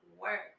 work